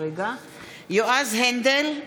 בעד יועז הנדל,